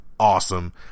Awesome